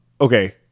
Okay